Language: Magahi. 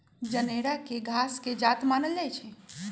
जनेरा के घास के जात मानल जाइ छइ